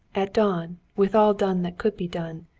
at dawn, with all done that could be done,